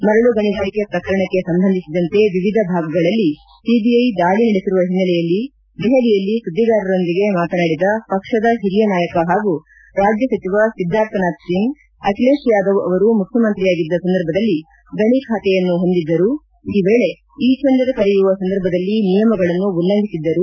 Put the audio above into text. ಮರಳು ಗಣಿಗಾರಿಕೆ ಪ್ರಕರಣಕ್ಕೆ ಸಂಬಂಧಿಸಿದಂತೆ ವಿವಿಧ ಭಾಗಗಳಲ್ಲಿ ಸಿಬಿಐ ದಾಳಿ ನಡೆಸಿರುವ ಹಿನ್ನೆಲೆಯಲ್ಲಿ ದೆಹಲಿಯಲ್ಲಿ ಸುದ್ದಿಗಾರರೊಂದಿಗೆ ಮಾತನಾಡಿದ ಪಕ್ಷದ ಹಿರಿಯ ನಾಯಕ ಹಾಗೂ ರಾಜ್ಯ ಸಚಿವ ಸಿದ್ದಾರ್ಥ ನಾಥ್ ಒಂಗ್ ಅಖಿಲೇಶ್ ಯಾದವ್ ಅವರು ಮುಖ್ಯಮಂತ್ರಿಯಾಗಿದ್ದ ಸಂದರ್ಭದಲ್ಲಿ ಗಣಿ ಖಾತೆಯನ್ನು ಹೊಂದಿದ್ದರು ಈ ವೇಳೆ ಇ ಟೆಂಡರ್ ಕರೆಯುವ ಸಂದರ್ಭದಲ್ಲಿ ನಿಯಮಗಳನ್ನು ಉಲ್ಲಂಘಿಸಿದ್ದರು